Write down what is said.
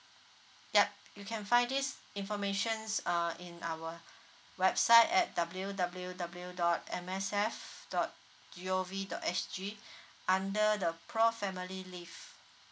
yup you can find this information uh in our website at W W W dot M S F dot G_O_V dot S_G under the pro family leave